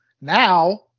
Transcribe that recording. Now